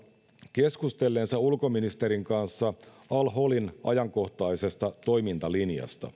keskustelleensa ulkoministerin kanssa al holin ajankohtaisesta toimintalinjasta